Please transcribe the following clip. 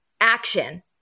action